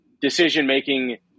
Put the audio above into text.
decision-making